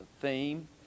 theme